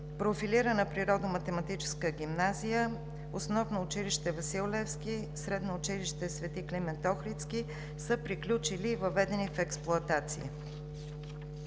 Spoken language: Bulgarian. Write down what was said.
профилирана природо-математическа гимназия, основно училище „Васил Левски“, средно училище „Свети Климент Охридски“ са приключили и въведени в експлоатация.